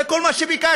זה כל מה שביקשתי.